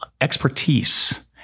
expertise